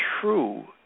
true